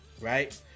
right